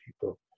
people